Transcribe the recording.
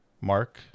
Mark